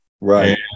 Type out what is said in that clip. Right